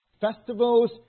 Festivals